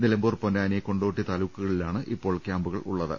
നിലമ്പൂർ പൊന്നാനി കൊണ്ടോട്ടി താലൂക്കുകളിലാണ് ഇപ്പോൾ ക്യാമ്പുള്ളത്